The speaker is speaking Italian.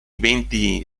venti